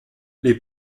les